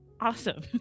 Awesome